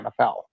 NFL